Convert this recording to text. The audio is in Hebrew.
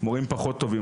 מורים פחות טובים.